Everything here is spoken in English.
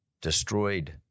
destroyed